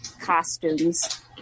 costumes